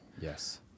Yes